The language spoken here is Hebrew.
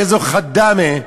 איזו "ח'דאמה",